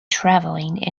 traveling